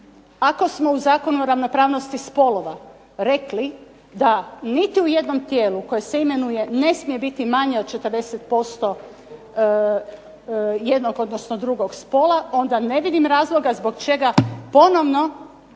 Ako smo u Zakonu o ravnopravnosti spolova rekli da niti u jednom tijelu koje se imenuje ne smije biti manje od 40% jednog, odnosno drugog spola, onda ne vidim razloga zbog čega ponovno